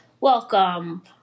welcome